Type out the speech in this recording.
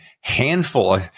handful